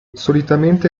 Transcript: solitamente